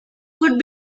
could